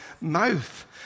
mouth